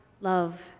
love